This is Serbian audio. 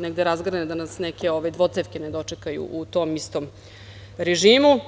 negde razgrne, da nas neke dvocevke ne dočekaju u tom istom režimu.